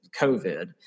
covid